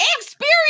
experience